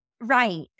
Right